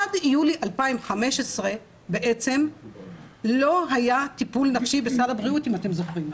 עד יולי 2015 לא היה טיפול נפשי בסל הבריאות אם אתם זוכרים.